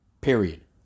period